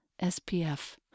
SPF